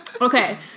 Okay